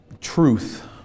truth